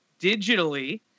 digitally